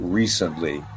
recently